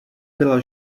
byla